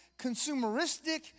consumeristic